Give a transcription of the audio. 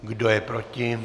Kdo je proti?